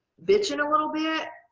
bitching a little bit.